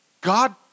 God